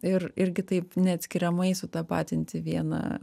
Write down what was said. ir irgi taip neatskiriamai sutapatinti vieną